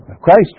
Christ